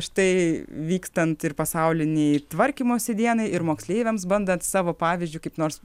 štai vykstant ir pasaulinei tvarkymosi dienai ir moksleiviams bandant savo pavyzdžiu kaip nors